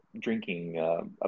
drinking